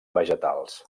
vegetals